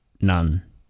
none